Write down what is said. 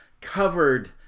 covered